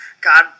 God